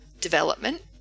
development